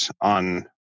on